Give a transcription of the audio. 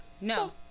No